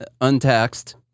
untaxed